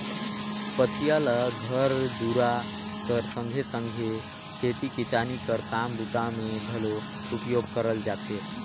पथिया ल घर दूरा कर संघे सघे खेती किसानी कर काम बूता मे घलो उपयोग करल जाथे